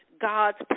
God's